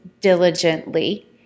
diligently